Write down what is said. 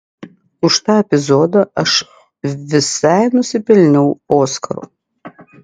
už tą epizodą aš visai nusipelniau oskaro